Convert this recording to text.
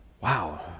wow